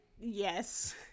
yes